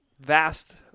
vast